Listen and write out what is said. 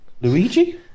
Luigi